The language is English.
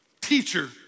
teacher